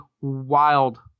wild